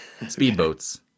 Speedboats